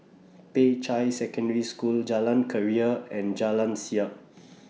Peicai Secondary School Jalan Keria and Jalan Siap